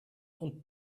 und